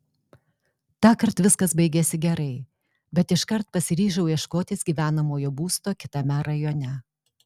tąkart viskas baigėsi gerai bet iškart pasiryžau ieškotis gyvenamojo būsto kitame rajone